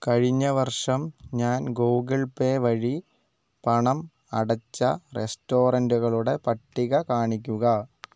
കഴിഞ്ഞ വർഷം ഞാൻ ഗൂഗിൾ പേ വഴി പണം അടച്ച റെസ്റ്റോറൻ്റുകളുടെ പട്ടിക കാണിക്കുക